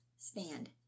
stand